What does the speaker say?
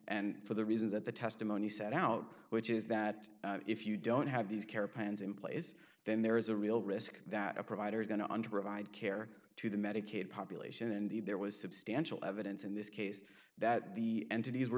and for the reasons that the testimony set out which is that if you don't have these care plans in place then there is a real risk that a provider is going to under of i'd care to the medicaid population and there was substantial evidence in this case that the entities were